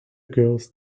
girls